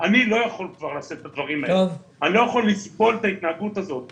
לא יכול להיות שאנחנו כל הזמן רבים עבורכם והם עוצרים את זה.